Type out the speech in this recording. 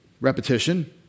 Repetition